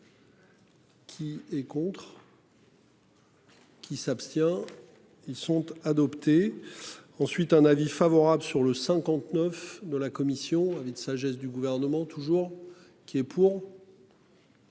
Qui est contre. Qui s'abstient. Ils sont adoptés. Ensuite, un avis favorable sur le 59 de la commission avis de sagesse du Gouvernement toujours qui est pour.